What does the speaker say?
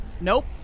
Nope